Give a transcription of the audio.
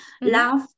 Love